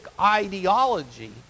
ideology